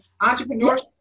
entrepreneurship